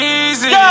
easy